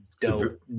dope